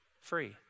free